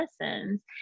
lessons